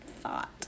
thought